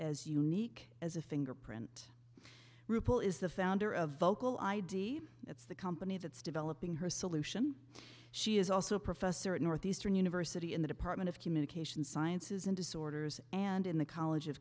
as unique as a fingerprint ripoll is the founder of vocal id that's the company that's developing her solution she is also a professor at northeastern university in the department of communication sciences and disorders and in the college